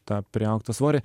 tą priaugtą svorį